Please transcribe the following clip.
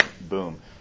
Boom